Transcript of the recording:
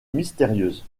mystérieuse